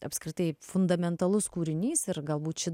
apskritai fundamentalus kūrinys ir galbūt ši